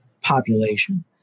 population